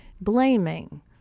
blaming